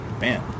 man